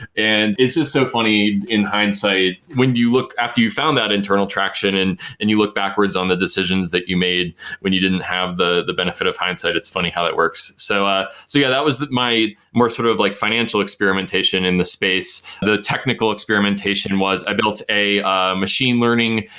and it's just so funny, in hindsight, when you look, after you found that internal traction and and you look backwards on the decisions that you made when you didn't have the the benefit of hindsight, it's funny how it works. so ah so yeah, that was my, more sort of like financial experimentation in the space, the technical experimentation was, i built a machine learning,